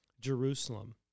Jerusalem